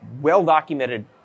well-documented